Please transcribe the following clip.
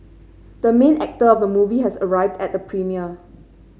the main actor of the movie has arrived at the premiere